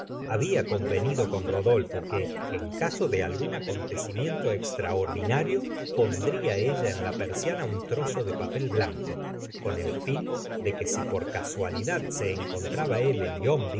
había convenido con rodolfo que en caso de algún acontecimiento extraordinario pondría ella en la persiana un trozo de papel blanco con el fin de que si por casualidad se encontraba él en